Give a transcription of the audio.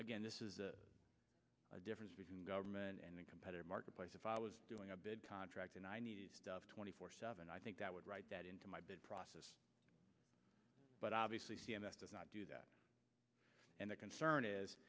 again this is the difference between government and the competitive marketplace if i was doing a big contract and i needed twenty four seven i think that would write that into my bid process but obviously c m s does not do that and the concern is